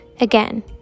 Again